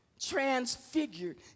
transfigured